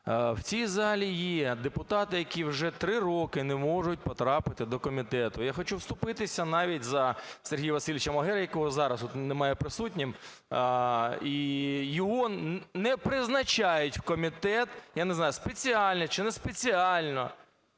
В цій залі є депутати, які вже три роки не можуть потрапити до комітету. Я хочу вступитися навіть за Сергія Васильовича Магеру, якого зараз тут немає присутнім, і його не призначають в комітет, я не знаю, спеціально чи не спеціально.